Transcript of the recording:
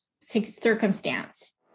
circumstance